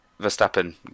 Verstappen